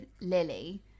Lily